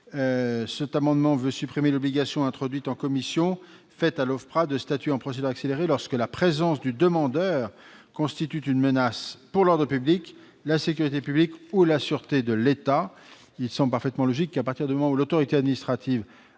202 rectifié vise à supprimer l'obligation faite à l'OFPRA, introduite en commission, de statuer en procédure accélérée, lorsque la présence du demandeur constitue une menace pour l'ordre public, la sécurité publique ou la sûreté de l'État. Il semble parfaitement logique, à partir du moment où l'autorité administrative